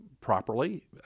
properly